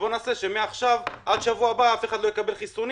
בואו נעשה שמעכשיו ועד שבוע הבא אף אחד לא יקבל חיסונים